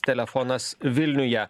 telefonas vilniuje